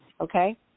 Okay